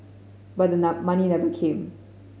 but the money never came